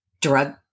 drug